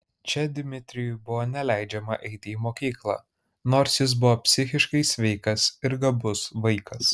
čia dmitrijui buvo neleidžiama eiti į mokyklą nors jis buvo psichiškai sveikas ir gabus vaikas